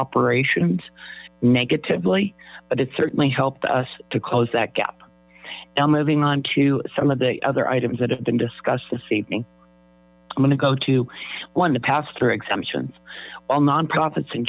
operations negatively but it certainly helped us to close that gap now moving on to some of the other items that have been discussed this evening i'm going to go to one to pass through exemptions while non profits